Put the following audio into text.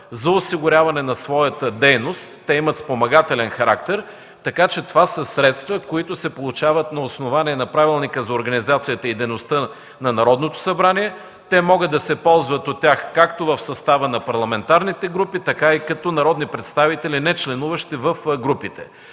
за осигуряване на своята дейност, те имат спомагателен характер. Така че това са средства, които се получават на основание на Правилника за организацията и дейността на Народното събрание. Те могат да се ползват от тях както в състава на парламентарните групи, така и като народни представители, нечленуващи в групите.